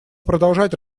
продолжать